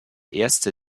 erste